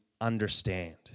understand